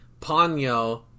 Ponyo